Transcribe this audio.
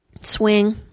Swing